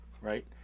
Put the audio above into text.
right